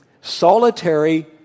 solitary